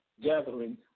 gathering